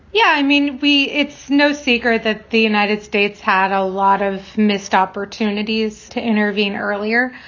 yeah. i mean, we it's no secret that the united states had a lot of missed opportunities to intervene earlier.